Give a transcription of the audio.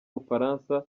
bufaransa